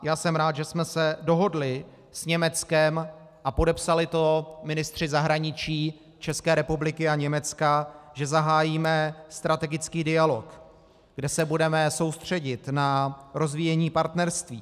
A jsem rád, že jsme se dohodli s Německem, a podepsali to ministři zahraničí České republiky a Německa, že zahájíme strategický dialog, kde se budeme soustředit na rozvíjení partnerství.